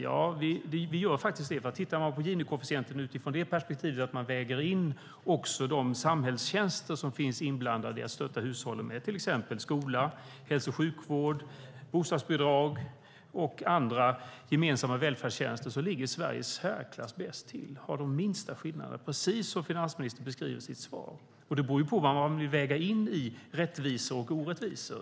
Ja, vi i Sverige gör faktiskt det. Tittar vi på Gini-koefficienten utifrån ett perspektiv där man väger in också de samhällstjänster som finns inblandade i att stötta hushållen med skola, hälso och sjukvård, bostadsbidrag och andra gemensamma välfärdstjänster ser vi att Sverige ligger i särklass bäst till. Vi i Sverige har de minsta skillnaderna - precis som finansministern beskriver i sitt svar. Det beror ju på vad man vill väga in i rättvisor och orättvisor.